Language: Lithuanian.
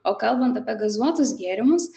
o kalbant apie gazuotus gėrimus